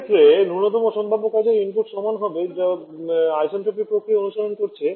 এই ক্ষেত্রে ন্যূনতম সম্ভাব্য কাজের ইনপুট সমান হবে যা আইসেন্ট্রোপিক প্রক্রিয়া অনুসরণ করছে